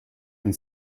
and